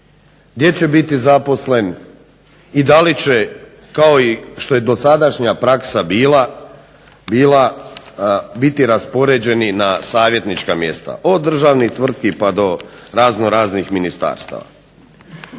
gdje će biti zaposlen i da li će kao i što je dosadašnja praksa bila biti raspoređeni na savjetnička mjesta od državnih tvrtki pa do razno, raznih ministarstava.